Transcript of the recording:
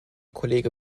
kollege